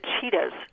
cheetahs